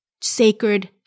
sacred